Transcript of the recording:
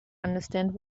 understand